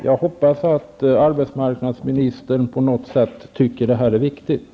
Jag hoppas att arbetsmarknadsministern på något vis tycker att det här är viktigt.